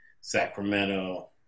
Sacramento